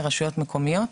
לרשויות מקומיות?